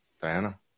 diana